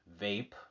vape